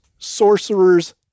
sorcerers